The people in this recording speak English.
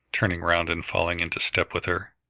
turning round and falling into step with her.